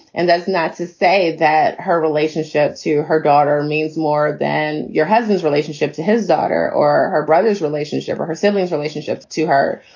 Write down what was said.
and that's not to say that her relationship to her daughter means more than your husband's relationship to his daughter or her brother's relationship or her siblings relationship to her,